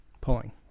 pulling